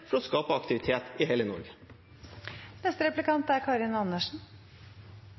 for å skape aktivitet i hele landet. SV og Senterpartiet er